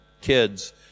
kids